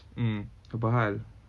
mm apa hal